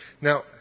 Now